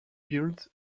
built